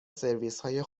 سرویسهای